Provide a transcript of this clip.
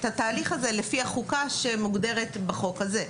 התהליך הזה לפי החוקה שמוגדרת בחוק הזה.